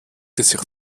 sich